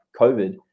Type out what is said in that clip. COVID